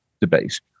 debate